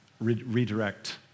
redirect